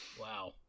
wow